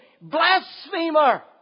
blasphemer